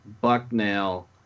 Bucknell